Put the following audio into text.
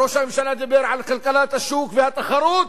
ראש הממשלה דיבר על כלכלת השוק ועל תחרות,